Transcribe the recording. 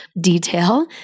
detail